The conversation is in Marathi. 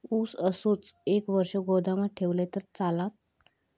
ऊस असोच एक वर्ष गोदामात ठेवलंय तर चालात?